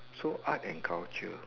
so art and culture